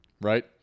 right